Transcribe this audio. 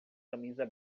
camisa